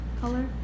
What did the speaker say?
color